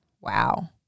Wow